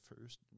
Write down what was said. first